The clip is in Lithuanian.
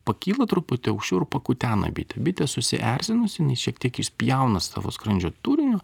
pakyla truputį aukščiau ir pakutena bitę bitė susierzinusi šiek tiek išspjauna savo skrandžio turinio